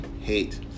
hate